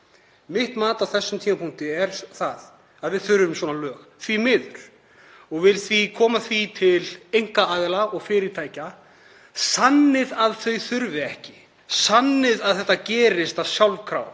Mitt mat á þessum tímapunkti er að við þurfum svona lög, því miður. Ég vil því segja við einkaaðila og fyrirtæki: Sannið að þau þurfi ekki, sannið að þetta gerist sjálfkrafa